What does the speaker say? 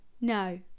No